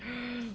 uh